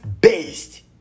based